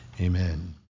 Amen